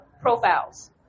profiles